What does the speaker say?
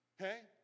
Okay